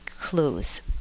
clues